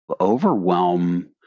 overwhelm